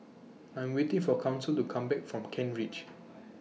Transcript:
I'm waiting For Council to Come Back from Kent Ridge